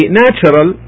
natural